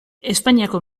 espainiako